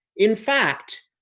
in fact,